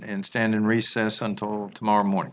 and stand in recess until tomorrow morning